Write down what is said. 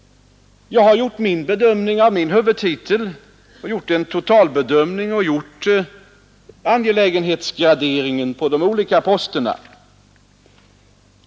Jag har gjort en totalbedömning av min huvudtitel och gjort en angelägenhetsgradering av de olika posterna.